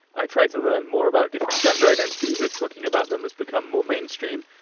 i tried to learn more about different gender identities, is talking about them has become more mainstream,